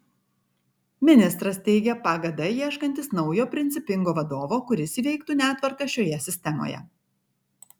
ministras teigia pagd ieškantis naujo principingo vadovo kuris įveiktų netvarką šioje sistemoje